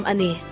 Ani